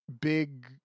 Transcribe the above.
big